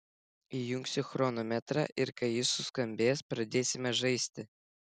įjungsiu chronometrą ir kai jis suskambės pradėsime žaisti